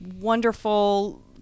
wonderful